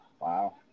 Wow